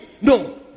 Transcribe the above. No